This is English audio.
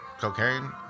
Cocaine